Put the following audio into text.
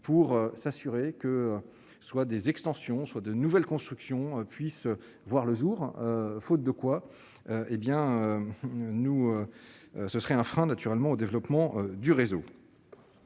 pour s'assurer que soit des extensions soit de nouvelles constructions puisse voir le jour, faute de quoi, hé bien nous, ce serait un frein naturellement au développement du réseau,